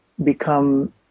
become